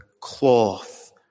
cloth